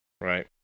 right